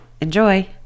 Enjoy